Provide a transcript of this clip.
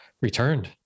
Returned